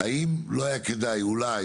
האם לא היה כדאי אולי